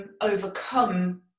overcome